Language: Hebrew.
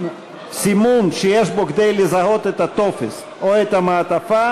סימון שיש בו כדי לזהות את הטופס או את המעטפה,